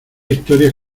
historias